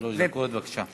שלוש דקות, בבקשה.